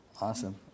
Awesome